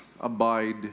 abide